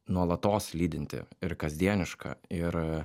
nuolatos lydinti ir kasdieniška ir